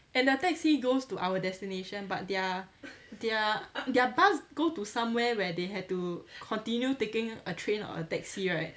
and their taxi goes to our destination but their their their bus go to somewhere where they had to continue taking a train or a taxi right